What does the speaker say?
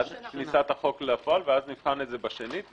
עד כניסת החוק לפועל, ואז נבחן את זה בשנית.